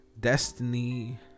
destiny